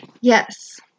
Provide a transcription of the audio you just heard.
Yes